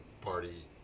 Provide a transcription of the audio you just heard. party